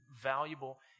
valuable